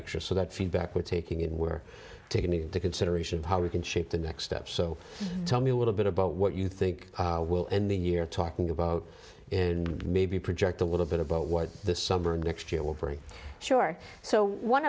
mixer so that feedback we're taking in were taken into consideration how we can shape the next step so tell me a little bit about what you think will in the year talking about maybe project a little bit about what this summer next year will for sure so one